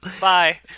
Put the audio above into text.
Bye